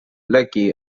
lucky